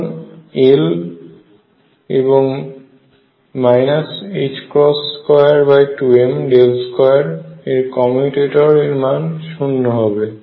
সুতরাং L̇ এবং 22m2 এর কমিউটেটর এর মান শুন্য হবে